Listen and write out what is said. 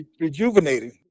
rejuvenating